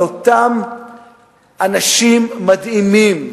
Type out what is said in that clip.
על אותם אנשים מדהימים,